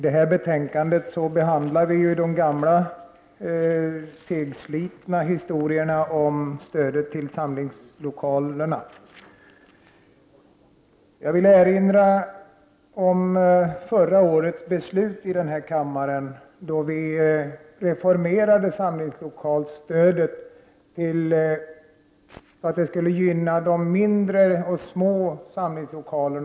Fru talman! Vi behandlar i detta betänkande gamla segslitna frågor om stöd till samlingslokaler. Jag vill erinra om förra årets beslut i kammaren, då vi reformerade samlingslokalstödet så, att det mera än tidigare skulle gynna mindre och små samlingslokaler.